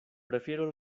prefiero